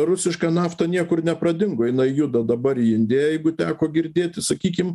rusiška nafta niekur nepradingo jinai juda dabar į indiją jeigu teko girdėti sakykim